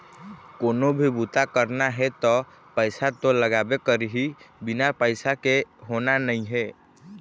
कोनो भी बूता करना हे त पइसा तो लागबे करही, बिना पइसा के होना नइ हे